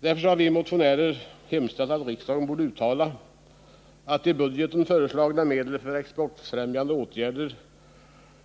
Därför har vi motionärer hemställt att riksdagen borde uttala att av i budgeten föreslagna medel för exportfrämjande åtgärder bör